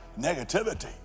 negativity